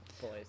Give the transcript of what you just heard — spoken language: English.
boys